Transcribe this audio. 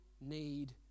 need